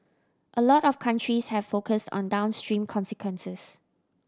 a lot of countries have focused on downstream consequences